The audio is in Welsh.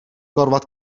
gorfod